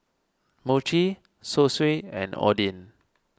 Mochi Zosui and Oden